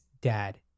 dad